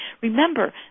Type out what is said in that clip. remember